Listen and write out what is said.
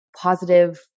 positive